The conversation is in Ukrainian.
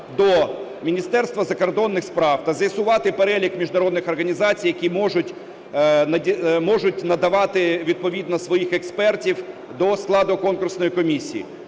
до Міністерства закордонних справ та з'ясувати перелік міжнародних організацій, які можуть надавати відповідно своїх експертів до складу конкурсної комісії.